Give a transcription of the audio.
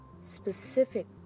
specific